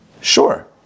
Sure